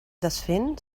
desfent